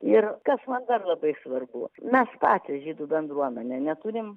ir kas man dar labai svarbu mes patys žydų bendruomenė neturim